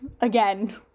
again